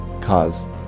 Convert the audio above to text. Cause